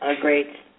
great